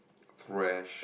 fresh